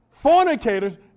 Fornicators